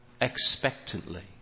expectantly